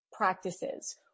practices